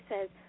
says